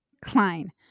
Klein